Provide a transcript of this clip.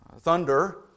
thunder